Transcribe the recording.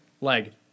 leg